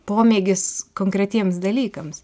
pomėgis konkretiems dalykams